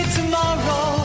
tomorrow